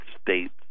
States